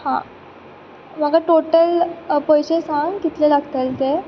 आं म्हाका टोटल पयशे सांग कितले लागतले ते